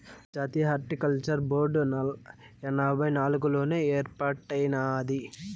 జాతీయ horticulture board ఎనభై నాలుగుల్లోనే ఏర్పాటైనాది